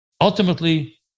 Ultimately